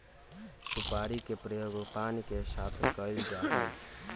सुपारी के प्रयोग पान के साथ कइल जा हई